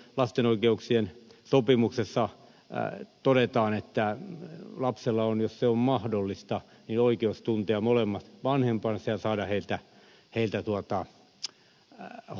ykn lapsen oikeuksien sopimuksessa todetaan että lapsella on jos se on mahdollista oikeus tuntea molemmat vanhempansa ja saada heiltä